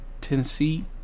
Tennessee